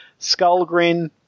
Skullgrin